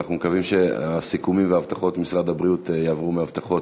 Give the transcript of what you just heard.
אנחנו מקווים שהסיכומים וההבטחות של משרד הבריאות יעברו מהבטחות